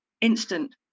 instant